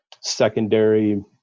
secondary